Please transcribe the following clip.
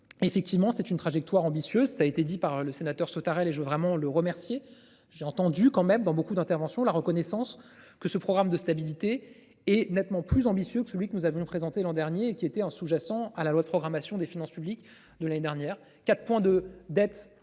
effectivement, c'est une trajectoire ambitieuse. Ça a été dit par le sénateur Sautarel et je veux vraiment le remercier. J'ai entendu quand même dans beaucoup d'interventions la reconnaissance que ce programme de stabilité est nettement plus ambitieux que celui que nous avions présenté l'an dernier qui était en sous-jacent à la loi de programmation des finances publiques de l'année dernière 4 points de dette en